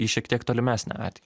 į šiek tiek tolimesnę atį